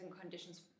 conditions